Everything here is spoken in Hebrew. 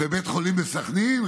ובית חולים בסח'נין,